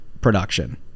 production